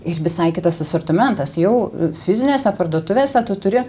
ir visai kitas asortimentas jau fizinėse parduotuvėse tu turi